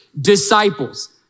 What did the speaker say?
disciples